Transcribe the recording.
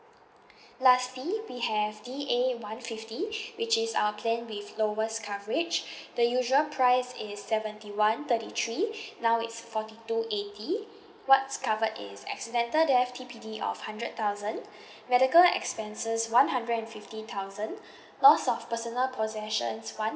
lastly we have D A one fifty which is our plan with lowest coverage the usual price is seventy one thirty three now it's forty two eighty what's covered is accidental death T_P_D of hundred thousand medical expenses one hundred and fifty thousand loss of personal possessions one